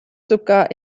sogar